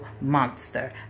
monster